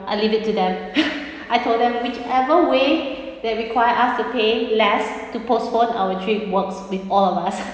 I leave it to them I told them whichever way that require us to pay less to postpone our trip works with all of us